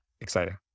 exciting